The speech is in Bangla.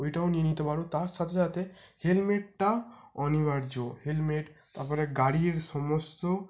ওইটাও নিয়ে নিতে পারো তার সাথে সাথে হেলমেটটা অনিবার্য হেলমেট তারপরে গাড়ির সমস্ত